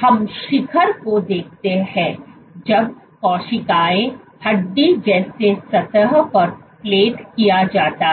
हम शिखर को देखते हैं जब कोशिकाएं हड्डी जैसे सतह पर प्लेट किया जाता है